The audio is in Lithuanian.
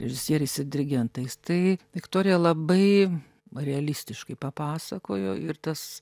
režisieriais ir dirigentais tai viktorija labai realistiškai papasakojo ir tas